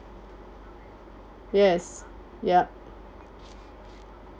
yes yup